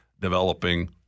developing